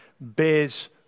bears